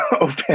open